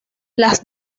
las